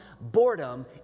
boredom